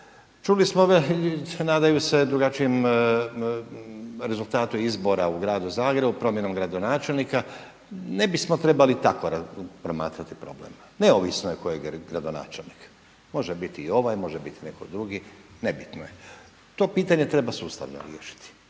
Čuli smo nadaju se drugačijem rezultatu izbora u gradu Zagrebu, promjenom gradonačelnika. Ne bismo trebali tako promatrati problem, neovisno je tko je gradonačelnik, može biti i ovaj, može biti i netko drugi, nebitno je. To pitanje treba sustavno riješiti.